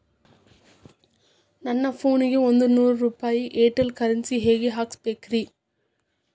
ನನ್ನ ಫೋನಿಗೆ ಒಂದ್ ನೂರು ರೂಪಾಯಿ ಏರ್ಟೆಲ್ ಕರೆನ್ಸಿ ಹೆಂಗ್ ಹಾಕಿಸ್ಬೇಕ್ರಿ?